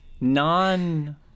non